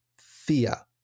Thea